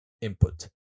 input